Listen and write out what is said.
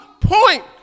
point